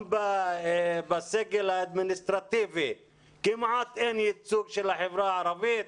גם בסגל האדמיניסטרטיבי כמעט אין ייצוג של החברה הערבית.